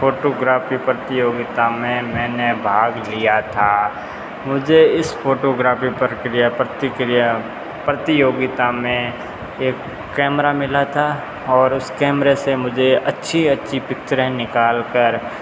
photography प्रतियोगिता में मैने भाग लिया था मुझे इस फोटोग्राफी प्रक्रिया प्रतिक्रिया प्रतियोगिता में एक कैमरा मिला था और उस कमरे से मुझे अच्छी अच्छी पिक्चरें निकाल कर